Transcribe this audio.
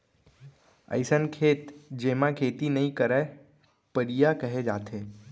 अइसन खेत जेमा खेती नइ करयँ परिया कहे जाथे